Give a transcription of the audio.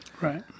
Right